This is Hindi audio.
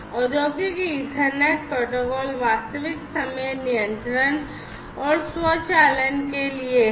औद्योगिक ईथरनेट प्रोटोकॉल वास्तविक समय नियंत्रण और स्वचालन के लिए है